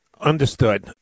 Understood